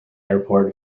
airport